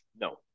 No